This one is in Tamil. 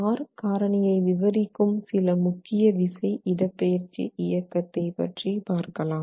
R காரணியை விவரிக்கும் சில முக்கிய விசை இடப்பெயர்ச்சி இயக்கத்தை பற்றி பார்க்கலாம்